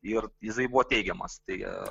ir jisai buvo teigiamas tai